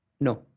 No